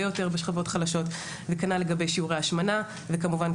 יותר בשכבות החלשות וכנ"ל לגבי שיעורי ההשמנה וכמובן,